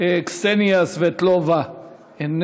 קסניה סבטלובה, אינה